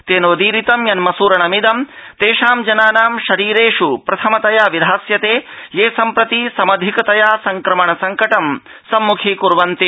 तनोदीरितं यन्मसूरणमिदं तेषां जनानां शरीरेष् प्रथमतया विधास्वते ये सम्प्रति समधिकतया संक्रमण संकटं संम्खीकर्वाणाः सन्ति